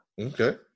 okay